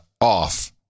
off